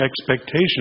expectations